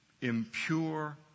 impure